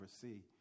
see